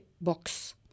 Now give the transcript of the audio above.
Box